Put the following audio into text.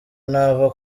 nava